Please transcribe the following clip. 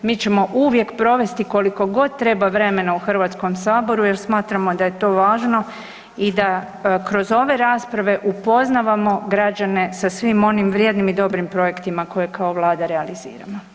Mi ćemo uvijek provesti koliko god treba vremena u Hrvatskom saboru jer smatramo da je to važno i da kroz ove rasprave upoznavamo građane sa svim onim vrijednim i dobrim projektima koje kao Vlada realiziramo.